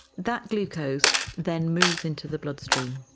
that glucose then moves into the bloodstream.